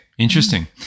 Interesting